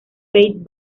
faith